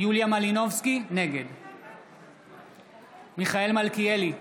יוליה מלינובסקי, נגד מיכאל מלכיאלי,